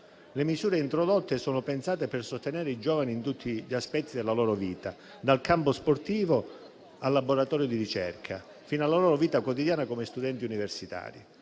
Le misure introdotte sono pensate per sostenere i giovani in tutti gli aspetti della loro vita, dal campo sportivo al laboratorio di ricerca, fino alla loro vita quotidiana come studenti universitari.